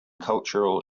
cultural